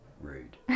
rude